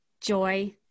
joy